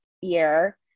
year